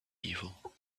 evil